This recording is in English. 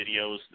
videos